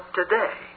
today